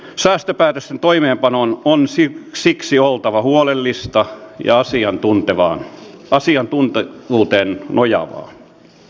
säästöpäätösten toimeenpanon on siksi oltava huolellista ja asiantuntevuuteen nojaavaa